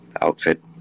outfit